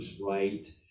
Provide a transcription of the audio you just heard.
right